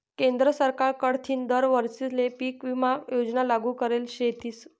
केंद्र सरकार कडथीन दर वरीसले पीक विमा योजना लागू करेल शेतीस